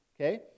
okay